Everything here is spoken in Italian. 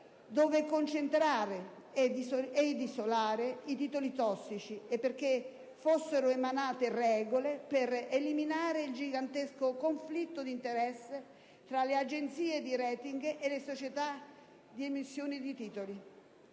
dove concentrare ed isolare i titoli tossici e perché fossero emanate regole per eliminare il gigantesco conflitto di interessi tra le agenzie di *rating* e le società di emissione dei titoli.